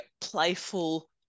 playful